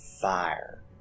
fire